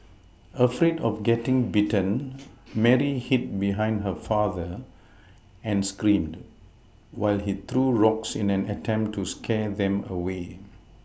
afraid of getting bitten Mary hid behind her father and screamed while he threw rocks in an attempt to scare them away